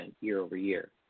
year-over-year